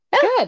good